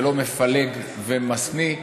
ולא מפלג ומשניא.